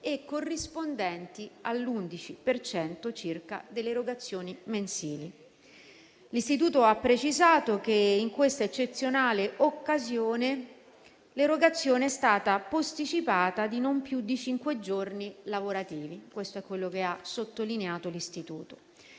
e corrispondenti all'11 per cento circa delle erogazioni mensili. L'Istituto ha precisato che, in questa eccezionale occasione, l'erogazione è stata posticipata di non più di cinque giorni lavorativi (questo è ciò che ha sottolineato l'Istituto).